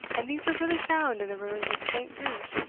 and these were really found in the ruins of st. ruth?